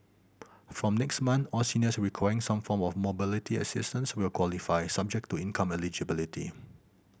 from next month all seniors requiring some form of mobility assistance will qualify subject to income eligibility